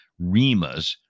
REMAs